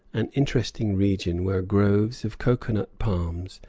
an interesting region where groves of cocoa-nut palms,